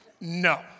No